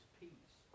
peace